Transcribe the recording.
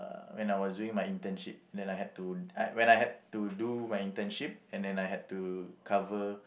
when I was doing my internship then I had to I when I had to do my internship and then I had to cover